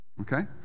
okay